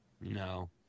No